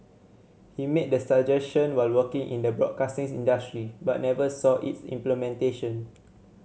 he made the suggestion while working in the broadcasting industry but never saw its implementation